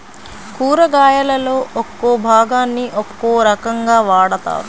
కూరగాయలలో ఒక్కో భాగాన్ని ఒక్కో రకంగా వాడతారు